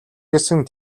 гэсэн